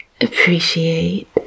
appreciate